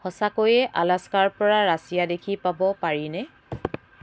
সঁচাকৈয়ে আলাস্কাৰ পৰা ৰাছিয়া দেখি পাব পাৰিনে